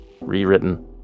Rewritten